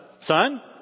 son